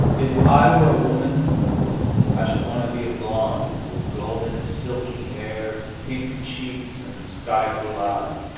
if i were a woman i should want to be a blonde, with golden, silky hair, pink cheeks and sky-blue eyes.